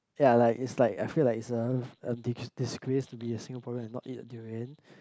ya like it's like I feel like it's a dis~ disgrace to be a Singaporean and not eat a durian